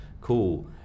Cool